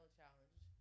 Challenge